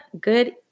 good